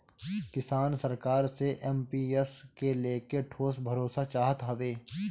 किसान सरकार से एम.पी.एस के लेके ठोस भरोसा चाहत हवे